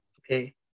Okay